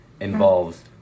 involves